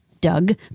doug